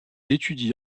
étudie